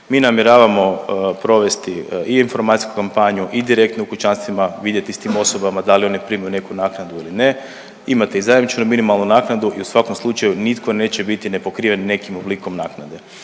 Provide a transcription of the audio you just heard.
Mi namjeravamo provesti i informacijsku kampanju i direktno u kućanstvima vidjeti s tim osobama da li oni primaju neku naknadu ili ne. Imate i zajamčenu minimalnu naknadu i u svakom slučaju nitko neće biti nepokriven nekim oblikom naknade.